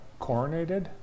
coronated